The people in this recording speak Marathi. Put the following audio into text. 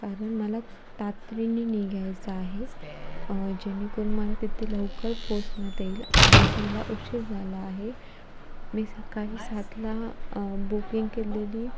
कारण मला तातडीने निघायचं आहे जेणेकरून मला तीथे लवकर पोचण्यात येईल आधीच मला उशीर झाला आहे मी सकाळी सातला बुकिंग केलेली